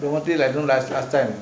the one day like you know last time